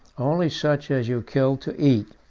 only such as you kill to eat.